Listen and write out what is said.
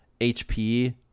hp